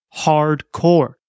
Hardcore